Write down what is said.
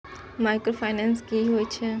Micro finance कि होई छै?